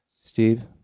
Steve